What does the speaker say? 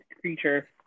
creature